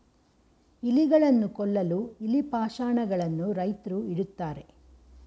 ಇಲಿಗಳನ್ನು ಕೊಲ್ಲಲು ಇಲಿ ಪಾಷಾಣ ಗಳನ್ನು ರೈತ್ರು ಇಡುತ್ತಾರೆ